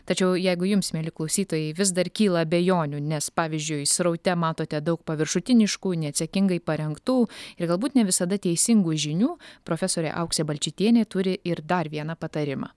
tačiau jeigu jums mieli klausytojai vis dar kyla abejonių nes pavyzdžiui sraute matote daug paviršutiniškų neatsakingai parengtų ir galbūt ne visada teisingų žinių profesorė auksė balčytienė turi ir dar vieną patarimą